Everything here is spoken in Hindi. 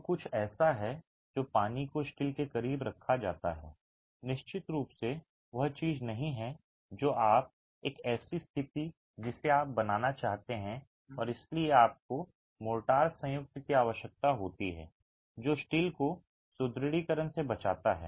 तो कुछ ऐसा है जो पानी को स्टील के करीब रखा जाता है निश्चित रूप से वह चीज नहीं है जो आप एक ऐसी स्थिति जिसे आप बनाना चाहते हैं और इसलिए आपको मोर्टार संयुक्त की आवश्यकता होती है जो स्टील को सुदृढीकरण से बचाता है